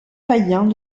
païens